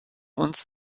uns